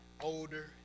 older